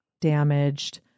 damaged